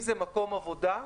מקום עבודה,